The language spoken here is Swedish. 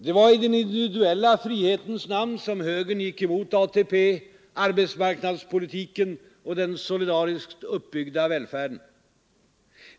Det var i den individuella frihetens namn som högern gick emot ATP, arbetsmarknadspolitiken och den solidariskt uppbyggda välfärden.